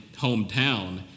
hometown